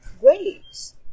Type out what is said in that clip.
grades